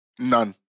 None